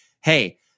hey